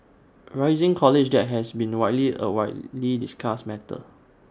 rising college debt has been widely A widely discussed matter